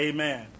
Amen